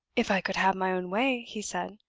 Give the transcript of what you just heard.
if i could have my own way, he said,